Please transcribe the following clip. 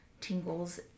tingles